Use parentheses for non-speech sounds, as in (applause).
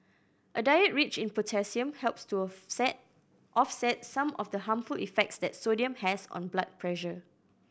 a diet rich in potassium helps to (unintelligible) offset some of the harmful effects that sodium has on blood pressure